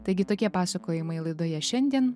taigi tokie pasakojimai laidoje šiandien